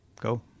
go